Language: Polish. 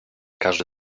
każdy